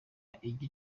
mafaranga